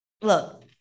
Look